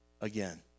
again